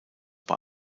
bei